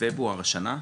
פברואר השנה?